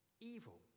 evil